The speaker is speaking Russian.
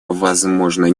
возможно